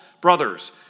brothers